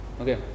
Okay